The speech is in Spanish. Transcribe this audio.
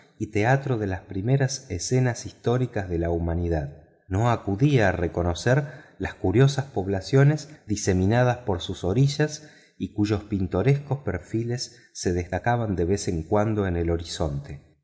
y teatro de las primeras escenas históricas de la humanidad no acudía a reconocer las curiosas poblaciones diseminadas por sus orillas y cuyos pintorescos perfiles se destacaban de vez en cuando en el horizonte